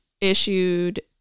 issued